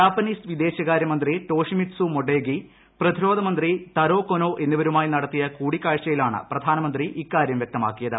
Japanese വിദേശകാര്യമന്ത്രി Toshimitsu Motegi പ്രതിരോധമന്ത്രി Taro Kono എന്നിവരുമായി നടത്തിയ കൂടിക്കാഴ്ചയിലാണ് പ്രധാനമന്ത്രി ഇക്കാര്യം വ്യക്തമാക്കിയത്